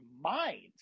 minds